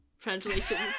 Translations